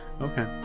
Okay